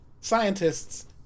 scientists